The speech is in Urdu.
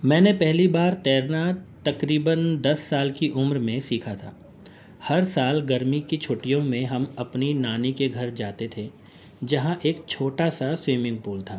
میں نے پہلی بار تیرنا تقریباً دس سال کی عمر میں سیکھا تھا ہر سال گرمی کی چھٹیوں میں ہم اپنی نانی کے گھر جاتے تھے جہاں ایک چھوٹا سا سوئمنگ پول تھا